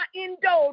indo